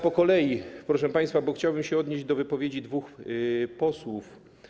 Po kolei, proszę państwa, bo chciałbym się odnieść do wypowiedzi dwóch posłów.